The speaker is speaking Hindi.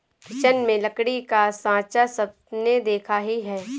किचन में लकड़ी का साँचा सबने देखा ही है